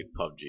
PUBG